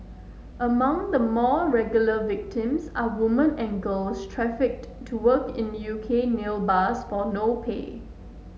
among the more regular victims are woman and girls trafficked to work in U K nail bars for no pay